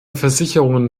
versicherungen